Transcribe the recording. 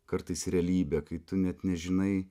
kartais realybę kai tu net nežinai